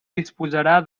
disposarà